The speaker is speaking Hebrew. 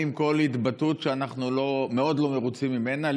כל התבטאות שאנחנו מאוד לא מרוצים ממנה.